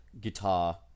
guitar